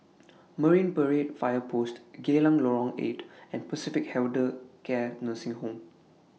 Marine Parade Fire Post Geylang Lorong eight and Pacific Elder Care Nursing Home